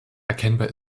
erkennbar